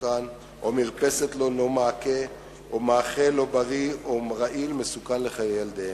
מרפסת ללא מעקה או מאכל לא בריא מסוכנים לחיי ילדיהם.